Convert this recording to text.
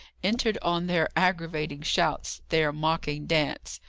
entered on their aggravating shouts, their mocking dance.